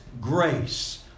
grace